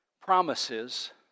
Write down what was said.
promises